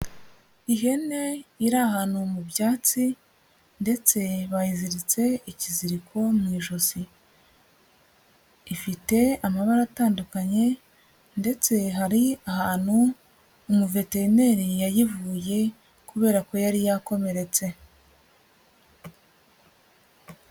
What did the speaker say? Ihene iri ahantu mu byatsi ndetse bayiziritse ikiziriko mu ijosi, ifite amabara atandukanye ndetse hari ahantu umuveterineri yayivuye kubera ko yari yakomeretse.